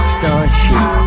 Starship